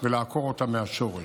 ולעקור אותה מהשורש.